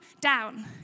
down